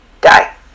die